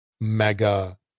mega